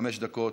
חמש דקות.